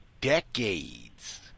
decades